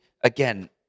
again